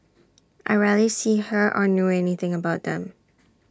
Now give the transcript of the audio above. I rarely see her or know anything about them